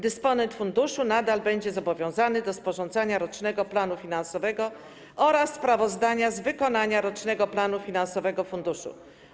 Dysponent funduszu nadal będzie zobowiązany do sporządzania rocznego planu finansowego oraz sprawozdania z wykonania rocznego planu finansowego funduszu.